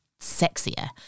sexier